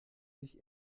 sich